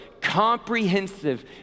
comprehensive